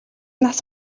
нас